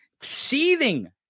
seething